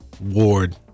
ward